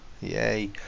yay